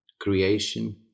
creation